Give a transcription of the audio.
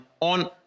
on